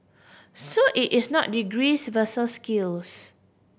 so it is not degrees versus skills